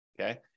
okay